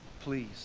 Please